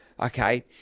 okay